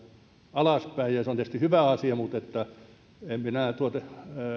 alaspäin ja se on tietysti hyvä asia mutta en minä tuota